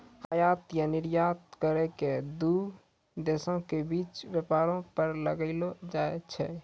आयात या निर्यात करो के दू देशो के बीच व्यापारो पर लगैलो जाय छै